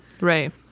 Right